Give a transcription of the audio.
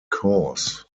cause